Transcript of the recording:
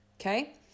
Okay